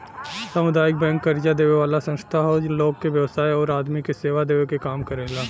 सामुदायिक बैंक कर्जा देवे वाला संस्था हौ लोग के व्यवसाय आउर आदमी के सेवा देवे क काम करेला